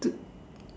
to